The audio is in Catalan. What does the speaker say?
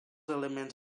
elements